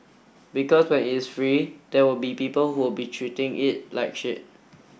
because when it's free there will be people who be treating it like shit